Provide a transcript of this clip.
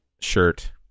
shirt